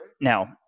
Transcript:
Now